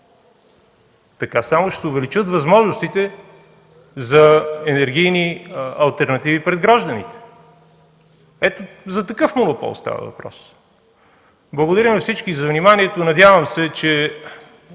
Така само ще се увеличат възможностите за енергийни алтернативи пред гражданите. За такъв монопол става въпрос. Благодаря на всички за вниманието. Надявам се, че